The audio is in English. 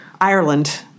Ireland